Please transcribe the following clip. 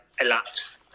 elapse